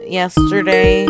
yesterday